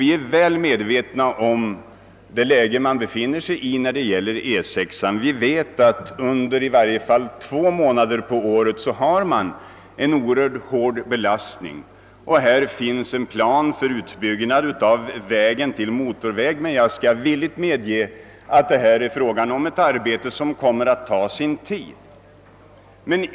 Vi är väl medvetna om att denna väg under åtminstone två månader av året har en oerhört stor trafikbelastning. Det finns planer på att bygga ut E6 till motorväg, men jag skall villigt medge att detta arbete kommer att ta sin tid.